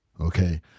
okay